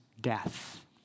death